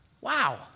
wow